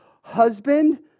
husband